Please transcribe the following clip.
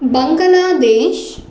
Bangladesh